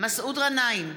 מסעוד גנאים,